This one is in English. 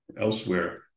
elsewhere